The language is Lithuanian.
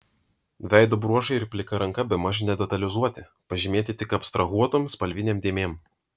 veido bruožai ir plika ranka bemaž nedetalizuoti pažymėti tik abstrahuotom spalvinėm dėmėm